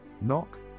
knock